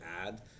add